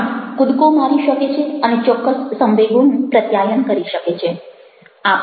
લખાણ કૂદકો મારી શકે છે અને ચોક્કસ સંવેગોનું પ્રત્યાયન કરી શકે છે